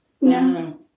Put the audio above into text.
no